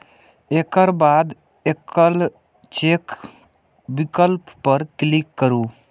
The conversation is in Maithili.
एकर बाद एकल चेक विकल्प पर क्लिक करू